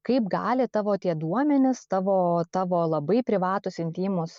kaip gali tavo tie duomenys tavo tavo labai privatūs intymūs